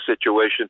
situation